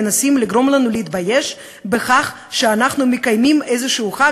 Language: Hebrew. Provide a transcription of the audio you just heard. מנסים לגרום לנו להתבייש בכך שאנחנו מקיימים איזשהו חג,